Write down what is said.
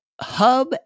hub